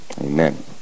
Amen